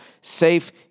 safe